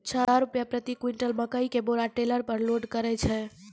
छह रु प्रति क्विंटल मकई के बोरा टेलर पे लोड करे छैय?